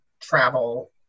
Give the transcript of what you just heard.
travel